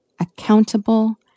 accountable